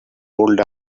rolled